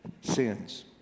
sins